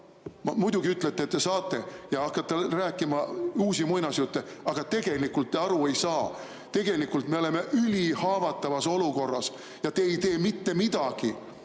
Muidugi ütlete, et te saate, ja hakkate rääkima uusi muinasjutte, aga tegelikult te aru ei saa. Tegelikult me oleme ülihaavatavas olukorras ja te ei tee mitte midagi,